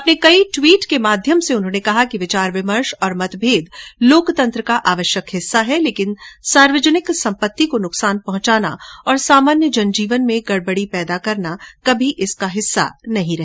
अपने कई ट्वीट के माध्यम से उन्होंने कहा कि विचार विमर्श और मतभेद लोकतंत्र का आवश्यक हिस्सा है लेकिन सार्वजनिक सम्पत्ति को नुकसान पहुंचाना और सामान्य जनजीवन में गडबडी करना कभी इसका हिस्सा नहीं रहे